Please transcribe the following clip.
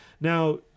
Now